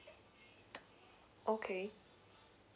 okay